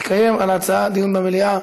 יתקיים על ההצעה דיון במליאה.